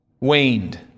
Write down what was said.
waned